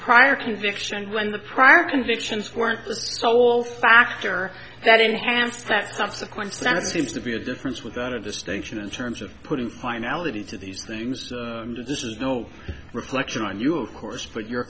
prior conviction when the prior convictions weren't the sole factor that enhanced that subsequence that seems to be a difference without a distinction in terms of putting finality to these things no reflection on you of course but your